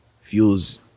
fuels